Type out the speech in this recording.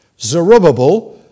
Zerubbabel